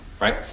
right